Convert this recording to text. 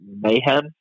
mayhem